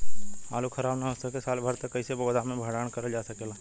आलू खराब न हो सके साल भर तक कइसे गोदाम मे भण्डारण कर जा सकेला?